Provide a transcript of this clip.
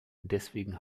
deswegen